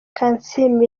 kansiime